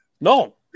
No